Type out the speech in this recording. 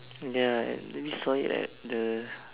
ya lah and then we saw it at the